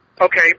okay